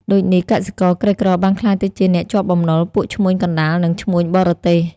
ដូចនេះ កសិករក្រីក្របានក្លាយទៅជាអ្នកជាប់បំណុលពួកឈ្មួញកណ្ដាល និងឈ្មួញបរទេស។